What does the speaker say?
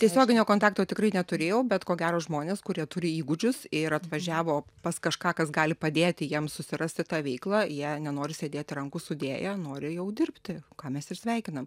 tiesioginio kontakto tikrai neturėjau bet ko gero žmonės kurie turi įgūdžius ir atvažiavo pas kažką kas gali padėti jiems susirasti tą veiklą jei nenori sėdėti rankų sudėję nori jau dirbti ką mes ir sveikinam